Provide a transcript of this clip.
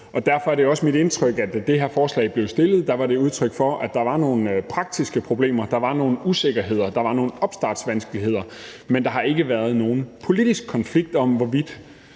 på. Derfor er det også mit indtryk, at da det her forslag blev stillet, var det udtryk for, at der var nogle praktiske problemer. Der var nogle usikkerheder, og der var nogle opstartsvanskeligheder, men der har ikke været nogen politisk konflikt om, hvorvidt